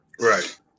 Right